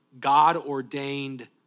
God-ordained